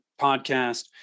podcast